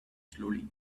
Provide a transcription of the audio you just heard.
slowly